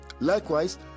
likewise